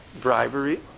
bribery